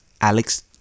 Alex